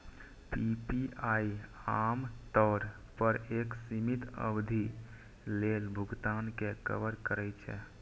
PPI आम तौर पर एक सीमित अवधि लेल भुगतान कें कवर करै छै